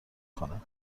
کنم